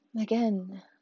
Again